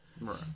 Right